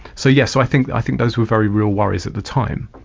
so yes, so i think i think those were very real worries at the time.